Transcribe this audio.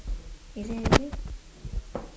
is there anything